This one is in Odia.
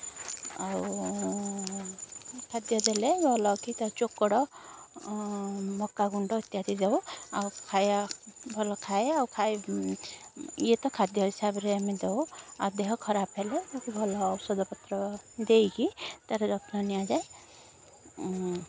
ଆଉ ଖାଦ୍ୟ ଦେଲେ ଭଲକି ତା ଚୋକଡ଼ ମକା ଗୁଣ୍ଡ ଇତ୍ୟାଦି ଦେଉ ଆଉ ଖାଇବା ଭଲ ଖାଏ ଆଉ ଇଏ ତ ଖାଦ୍ୟ ହିସାବରେ ଆମେ ଦେଉ ଆଉ ଦେହ ଖରାପ ହେଲେ ତାକୁ ଭଲ ଔଷଧ ପତ୍ର ଦେଇକି ତା'ର ଯତ୍ନ ନିଆଯାଏ